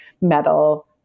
metal